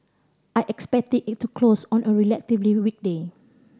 I expect it to close on a relatively weak day